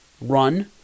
run